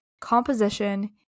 composition